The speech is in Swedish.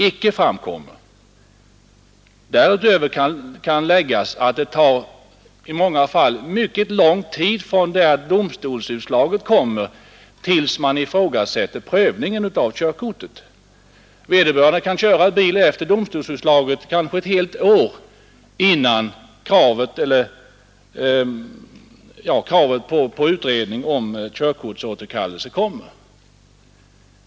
Det kan tilläggas att det i många fall tar mycket lång tid från det domstolsutslaget kommer till dess man ifrågasätter prövningen av körkortet. Vederbörande kan köra bil kanske ett helt år efter domstolsutslaget, innan kravet på utredning om körkortsåterkallelse kommer.